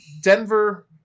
Denver